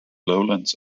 lowlands